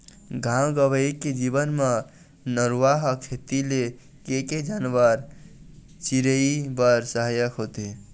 गाँव गंवई के जीवन म नरूवा ह खेती ले लेके जानवर, चिरई बर सहायक होथे